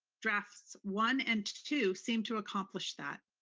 drafts one and two seem to accomplish that.